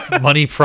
money